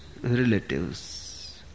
relatives